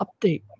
update